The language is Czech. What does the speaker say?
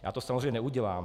Já to samozřejmě neudělám.